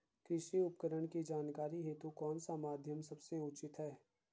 कृषि उपकरण की जानकारी हेतु कौन सा माध्यम सबसे उचित है?